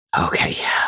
Okay